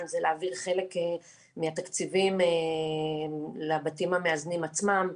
זה להעביר חלק מהתקציבים לבתים המאזנים עצמם,